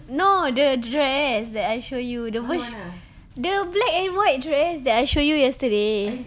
no the dress that I show you the whi~ the black and white dress that I show you yesterday